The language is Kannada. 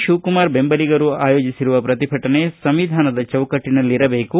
ಶಿವಕುಮಾರ್ ಬೆಂಬಲಿಗರು ಆಯೋಜಿಸಿರುವ ಪ್ರತಿಭಟನೆ ಸಂವಿಧಾನದ ಚೌಕಟ್ಟನಲ್ಲಿರಬೇಕು